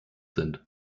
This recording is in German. sind